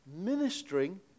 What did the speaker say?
ministering